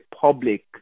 public